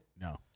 No